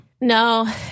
No